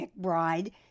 mcbride